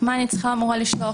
מה שאני אמורה לשלוח,